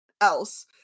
else